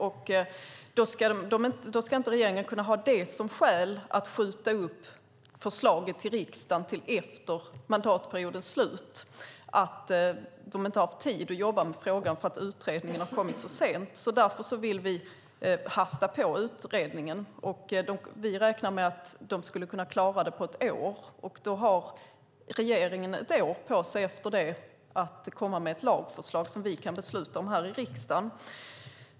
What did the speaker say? Regeringen ska inte kunna ha som skäl för att skjuta upp förslaget till riksdagen till efter mandatperiodens slut att de inte har haft tid att jobba med frågan därför att utredningen har kommit så sent. Därför vill vi hasta på utredningen. Vi räknar med att de ska kunna klara det på ett år. Efter det har regeringen ett år på sig att komma med ett lagförslag som vi kan besluta om här i riksdagen.